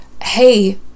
hey